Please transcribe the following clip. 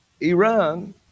Iran